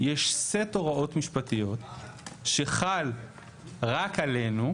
יש סט הוראות משפטיות שחל רק עלינו,